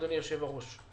אדוני היושב בראש,